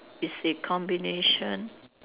is a combination